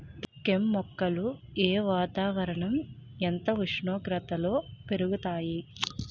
కెమ్ మొక్కలు ఏ వాతావరణం ఎంత ఉష్ణోగ్రతలో పెరుగుతాయి?